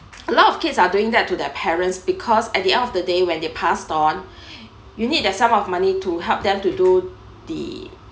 a lot of kids are doing that to their parents because at the end of the day when they passed on you need that sum of money to help them to do the